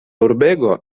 urbego